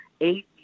eight